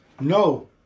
No